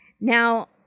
Now